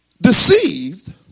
deceived